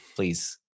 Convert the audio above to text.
please